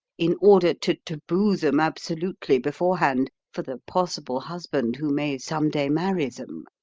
in order to taboo them absolutely beforehand for the possible husband who may some day marry them.